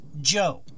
Joe